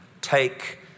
take